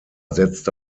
setzte